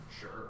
Sure